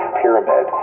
pyramid